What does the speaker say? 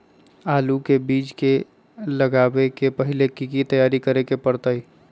आलू के बीज के लगाबे से पहिले की की तैयारी करे के परतई?